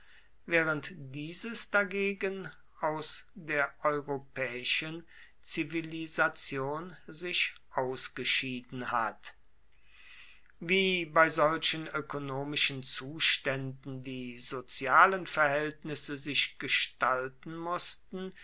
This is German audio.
während dieses dagegen aus der europäischen zivilisation sich ausgeschieden hat wie bei solchen ökonomischen zuständen die sozialen verhältnisse sich gestalten mußten